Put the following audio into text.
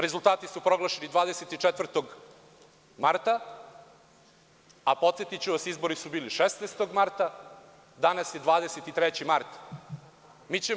Rezultati su proglašeni 24. marta, a podsetiću vas izbori su bili 16. marta, danas je 23. april.